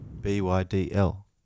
B-Y-D-L